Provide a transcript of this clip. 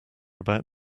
about